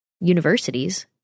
universities